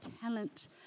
talent